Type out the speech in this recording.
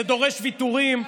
זה דורש ויתורים,